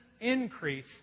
increase